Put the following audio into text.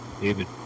David